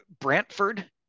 Brantford